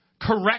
correct